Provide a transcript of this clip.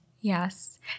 Yes